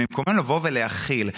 מקומנו לבוא ולהכיל.